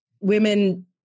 women